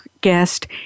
guest